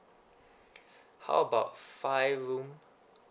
how about five room